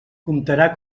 comptarà